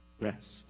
Rest